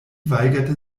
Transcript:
weigerte